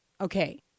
Okay